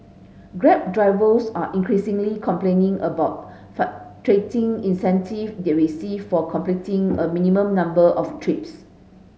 grab drivers are increasingly complaining about fluctuating incentive they receive for completing a minimum number of trips